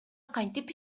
кантип